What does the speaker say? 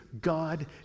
God